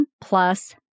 plus